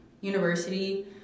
university